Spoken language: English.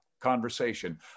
conversation